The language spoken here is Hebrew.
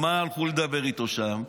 על מה הלכו לדבר איתו שם?